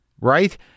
right